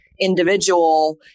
individual